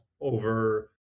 over